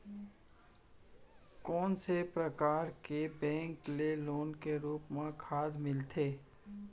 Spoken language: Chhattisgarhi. कोन से परकार के बैंक ले लोन के रूप मा खाद मिलथे?